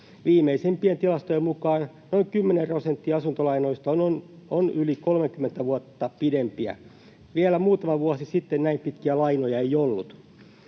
Viimeisimpien tilastojen mukaan noin 10 prosenttia asuntolainoista on yli 30 vuotta pidempiä. Vielä muutama vuosi sitten näin pitkiä lainoja ei ollut.